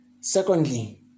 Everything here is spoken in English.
Secondly